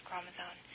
chromosome